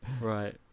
Right